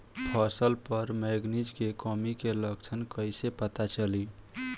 फसल पर मैगनीज के कमी के लक्षण कइसे पता चली?